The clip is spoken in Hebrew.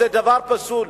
זה דבר פסול,